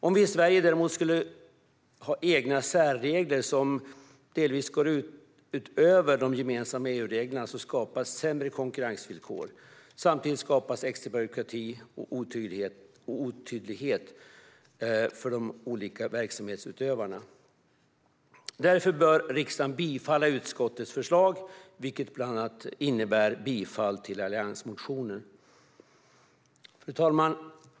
Om vi i Sverige däremot skulle ha egna särregler som delvis går utöver de gemensamma EU-reglerna skapas sämre konkurrensvillkor. Samtidigt skapas extra byråkrati och otydlighet för de olika verksamhetsutövarna. Därför bör riksdagen bifalla utskottets förslag, vilket bland annat innebär bifall till alliansmotionen. Fru talman!